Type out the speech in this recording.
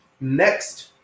Next